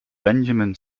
benjamin